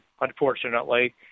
unfortunately